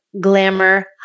Glamour